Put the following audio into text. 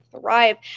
thrive